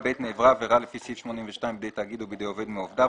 נעברה עבירה לפי סעיף 82 בידי תאגיד או בידי עובד מעובדיו,